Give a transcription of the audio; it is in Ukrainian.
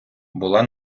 була